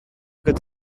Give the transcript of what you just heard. good